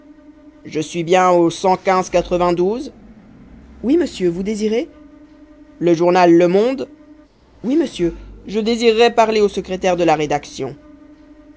je suis bien au oui monsieur vous désirez le journal le monde oui monsieur je désirerais parler au secrétaire de la rédaction